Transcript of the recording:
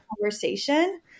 conversation